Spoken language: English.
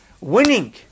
winning